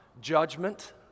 judgment